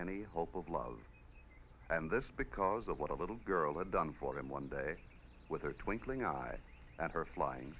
any hope of love and this because of what a little girl had done for him one day with her twinkling eyes and her fly